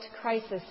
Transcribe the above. crisis